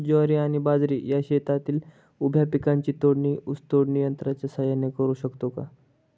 ज्वारी आणि बाजरी या शेतातील उभ्या पिकांची तोडणी ऊस तोडणी यंत्राच्या सहाय्याने करु शकतो का?